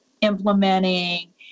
implementing